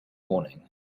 morning